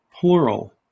plural